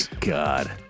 God